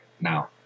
now